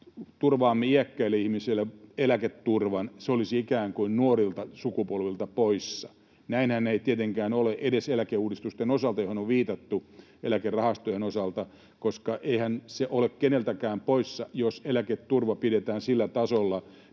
turvaamme iäkkäille ihmisille eläketurvan, se olisi ikään kuin nuorilta sukupolvilta poissa. Näinhän ei tietenkään ole edes eläkeuudistusten osalta, joihin on viitattu eläkerahastojen osalta, koska eihän se ole keneltäkään poissa, jos eläketurva pidetään sillä tasolla,